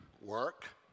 work